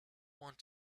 want